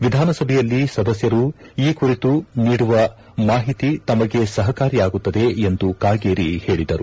ವಿಧಾನಸಭೆಯಲ್ಲಿ ಸದಸ್ತರು ಈ ಕುರಿತು ನೀಡುವ ಮಾಹಿತಿ ತಮಗೆ ಸಹಕಾರಿಯಾಗುತ್ತದೆ ಎಂದು ಕಾಗೇರಿ ಹೇಳಿದರು